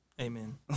Amen